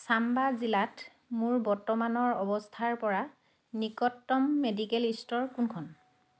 চাম্বা জিলাত মোৰ বৰ্তমানৰ অৱস্থাৰ পৰা নিকটতম মেডিকেল ষ্ট'ৰ কোনখন